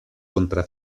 contra